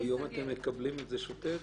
היום אתם מקבלים את זה שוטף?